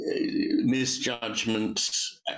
misjudgments